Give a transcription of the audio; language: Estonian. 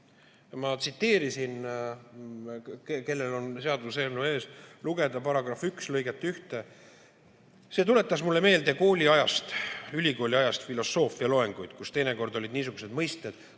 Ma tsiteerisin (kellel on seaduseelnõu ees, võib lugeda) § 1 lõiget 1. See tuletas mulle meelde kooliajast, ülikooliajast filosoofialoenguid, kus teinekord olid niisugused mõisted,